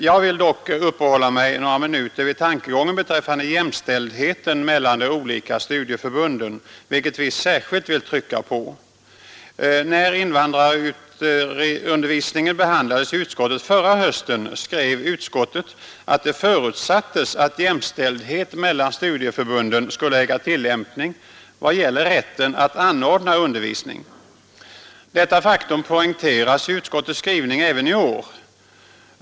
Jag vill dock uppehålla mig några minuter vid tankegången om jämställdhet mellan de olika studieförbunden vilket vi särskilt vill trycka på. När invandrarundervisningen behandlades i utskottet förra hösten skrev utskottet att det förutsattes jämställdhet mellan studieförbunden vad gäller rätten att anordna undervisning. Detta poängteras i utskottets skrivning även i år.